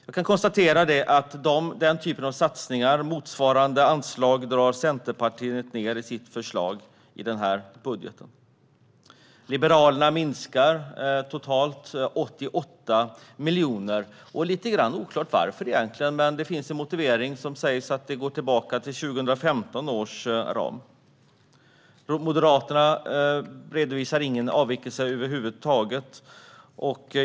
Jag kan konstatera att Centerpartiet drar ned på den typen av satsningar i sitt förslag med motsvarade anslag. Liberalerna minskar totalt 88 miljoner, oklart varför egentligen, men i motiveringen sägs det att det går tillbaka till 2015 års ram. Moderaterna redovisar ingen avvikelse över huvud taget.